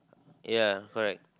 ya correct